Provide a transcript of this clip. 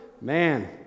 man